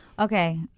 Okay